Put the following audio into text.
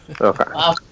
Okay